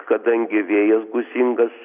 kadangi vėjas gūsingas